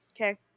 Okay